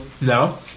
No